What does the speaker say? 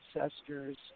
ancestors